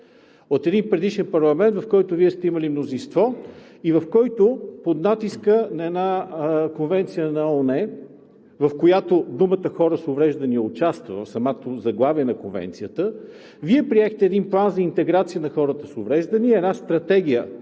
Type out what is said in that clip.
от един предишен парламент, в който Вие сте имали мнозинство и в който под натиска на една Конвенция на ООН, в която думите „хора с увреждания“ участва в самото заглавие на Конвенцията, Вие приехте един План за интеграция на хората с увреждания, една Стратегия